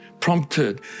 prompted